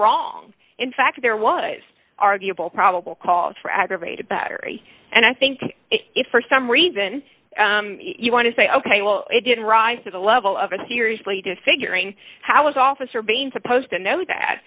wrong in fact there was arguable probable cause for aggravated battery and i think if for some reason you want to say ok well it didn't rise to the level of a seriously disfiguring how is officer bean supposed to know that